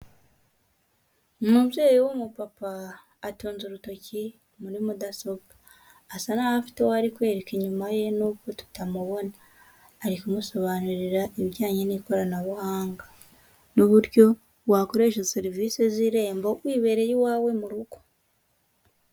Umubyeyi w'umupapa atunze urutoki muri mudasobwa, asa naho afite uwo ari kwereka inyuma ye nubwo tutamubona. Ari kumusobanurira ibijyanye n'ikoranabuhanga n'uburyo wakoresha serivisi z'irembo wibereye iwawe mu rugo.